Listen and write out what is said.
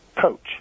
coach